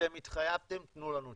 אתם התחייבתם תנו לנו תשובות.